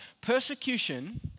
Persecution